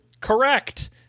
Correct